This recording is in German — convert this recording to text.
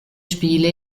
spiele